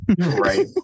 Right